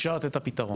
אפשר לתת את הפתרון,